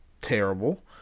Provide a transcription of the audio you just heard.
terrible